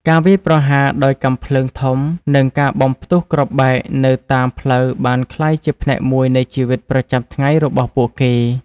ការវាយប្រហារដោយកាំភ្លើងធំនិងការបំផ្ទុះគ្រាប់បែកនៅតាមផ្លូវបានក្លាយជាផ្នែកមួយនៃជីវិតប្រចាំថ្ងៃរបស់ពួកគេ។